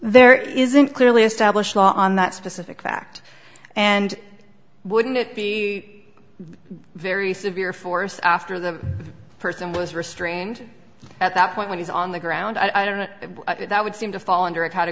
there isn't clearly establish law on that specific fact and wouldn't it be very severe force after the person was restrained at that point when he's on the ground i don't know that would seem to fall under